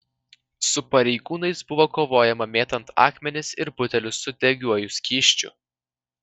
su pareigūnais buvo kovojama mėtant akmenis ir butelius su degiuoju skysčiu